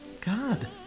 God